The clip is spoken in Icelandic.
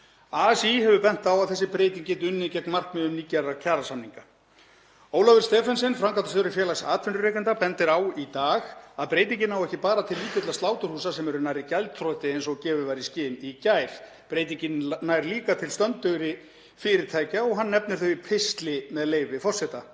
ASÍ hefur bent á að þessi breyting geti unnið gegn markmiðum nýgerðra kjarasamninga. Ólafur Stephensen, framkvæmdastjóri Félags atvinnurekenda, bendir á í dag að breytingin nái ekki bara til lítilla sláturhúsa sem eru nærri gjaldþroti eins og gefið var í skyn í gær heldur nái hún líka til stöndugri fyrirtækja og hann nefnir þau í pistli, með leyfi forseta: